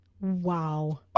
Wow